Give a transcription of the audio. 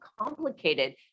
complicated